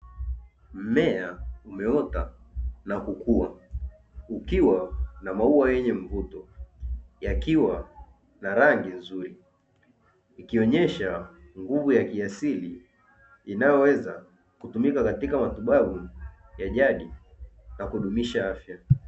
Mmea umeota na kukua ukiwa na maua yenye mvuto yakiwa na rangi nzuri ikionyesha nguvu ya kiasili inayoweza kutumika katika matibabu ya jadi na kudumisha afya.